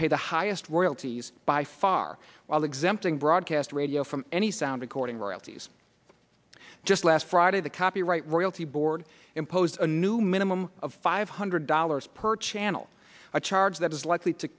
pay the highest royalties by far while exempting broadcast radio from any sound recording royalties just last friday the copyright royalty board imposed a new minimum of five hundred dollars per channel a charge that is likely to